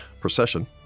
procession